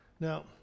Now